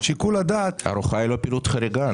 שיקול הדעת --- ארוחה היא לא פעילות חריגה.